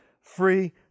free